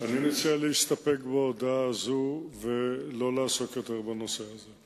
אני מציע להסתפק בהודעה זו ולא לעסוק יותר בנושא הזה.